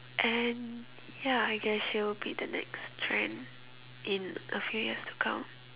and ya I guess she will be the next trend in a few years to come